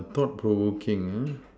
thought provoking uh